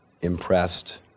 impressed